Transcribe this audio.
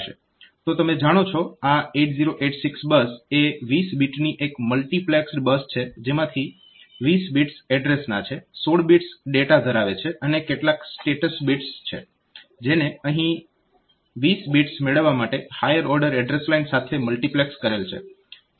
તો તમે જાણો છો આ 8086 બસ એ 20 બીટની એક મલ્ટીપ્લેક્સડ બસ છે જેમાંથી 20 બિટ્સ એડ્રેસના છે 16 બિટ્સ ડેટા ધરાવે છે અને કેટલાક સ્ટેટસ બિટ્સ છે જેને અહીં 20 બિટ્સ મેળવવા માટે હાયર ઓર્ડર એડ્રેસ લાઇન સાથે મલ્ટીપ્લેક્સ કરેલ છે